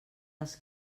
els